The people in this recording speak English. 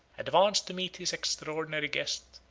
advanced to meet his extraordinary guest,